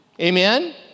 Amen